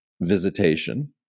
visitation